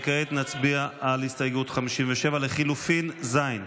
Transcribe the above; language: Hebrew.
כעת נצביע על הסתייגות 57 לחלופין ז'.